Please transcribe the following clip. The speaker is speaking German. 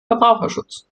verbraucherschutz